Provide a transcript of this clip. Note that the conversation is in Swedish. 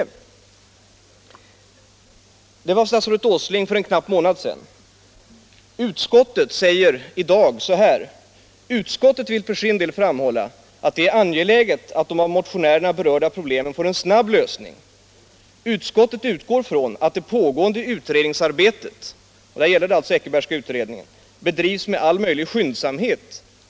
Det var det besked som statsrådet Åsling gav för en knapp månad sedan. Utskottet säger nu i betänkandet: ”Utskottet vill för sin del framhålla att det är angeläget att de av motionärerna berörda problemen får en snabb lösning. Utskottet utgår från att det pågående utredningsarbetet” —- det gäller den Eckerbergska utredningen — ”bedrivs med all möjlig skyndsamhet.